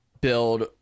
build